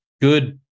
good